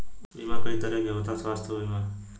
बीमा कई तरह के होता स्वास्थ्य बीमा?